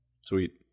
Sweet